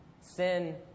Sin